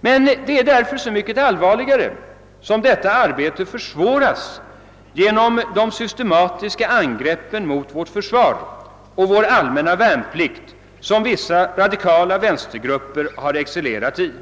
Det är därför så mycket allvarligare att detta arbete försvåras genom de systematiska angreppen mot vårt försvar och vår allmänna värnplikt, som vissa radikala vänstergrupper har excellerat i.